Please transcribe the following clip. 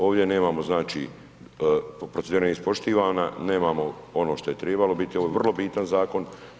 Ovdje nemamo, znači, procedura nije ispoštivana, nemamo ono što je trebalo biti, ovo je vrlo bitan zakon.